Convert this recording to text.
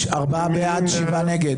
הצבעה לא אושרה נפל.